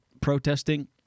protesting